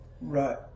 Right